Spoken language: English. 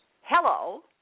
hello